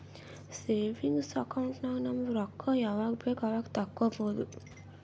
savings account ನಾಗ್ ನಮ್ ರೊಕ್ಕಾ ಯಾವಾಗ ಬೇಕ್ ಅವಾಗ ತೆಕ್ಕೋಬಹುದು